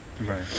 Right